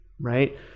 right